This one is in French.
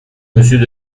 monsieur